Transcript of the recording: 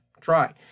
try